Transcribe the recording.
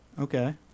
Okay